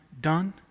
done